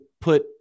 put